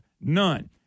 None